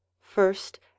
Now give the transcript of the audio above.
First